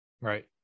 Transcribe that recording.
Right